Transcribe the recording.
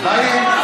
תראה,